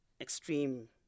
extreme